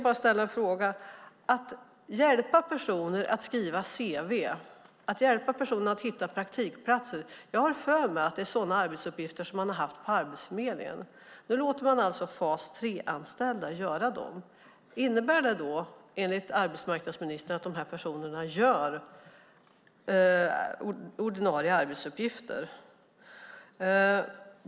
När det gäller att hjälpa personer att skriva cv och hitta praktikplats har jag för mig att det är sådana arbetsuppgifter som man har haft på Arbetsförmedlingen. Nu låter man alltså fas 3-anställda göra dem. Innebär det, enligt arbetsmarknadsministern, att dessa personer gör ordinarie arbetsuppgifter?